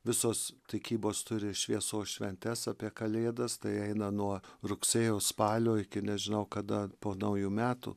visos tikybos turi šviesos šventes apie kalėdas tai eina nuo rugsėjo spalio iki nežinau kada po naujų metų